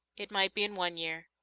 it might be in one year,